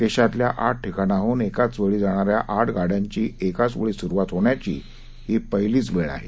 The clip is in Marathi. देशातल्या आठ ठिकाणाडून एकाच ठिकाणी जाणाऱ्या आठ गाड्यांची एकाचवेळी सुरुवात होण्याचीही पहिलीच वेळ आहे